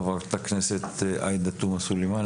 חברת הכנסת עאידה תומא סלימאן,